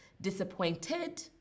Disappointed